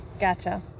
Gotcha